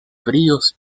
fríos